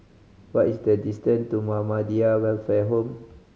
what is the distant to Muhammadiyah Welfare Home